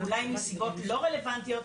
אולי מסיבות לא רלוונטיות,